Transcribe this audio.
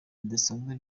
bidasanzwe